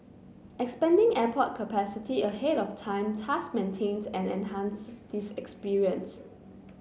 expanding airport capacity ahead of time thus maintains and enhances this experience